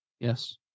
Yes